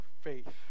faith